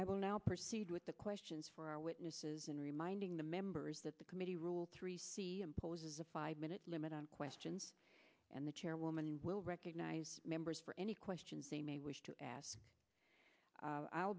i will now proceed with the questions for our witnesses and reminding the members that the committee rule three c imposes a five minute limit on questions and the chairwoman will recognize members for any questions they may wish to ask i'll